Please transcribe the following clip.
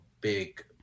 big